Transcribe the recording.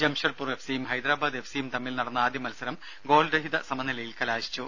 ജംഷഡ്പൂർ എഫ്സിയും ഹൈദരാബാദ് എഫ്സിയും തമ്മിൽ നടന്ന ആദ്യ മത്സരം ഗോൾ രഹിത സമനിലയിൽ കലാശിച്ചു